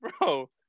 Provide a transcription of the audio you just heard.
Bro